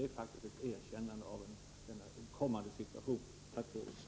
Det är faktiskt ett erkännande av denna kommande situation. Tack för ordet.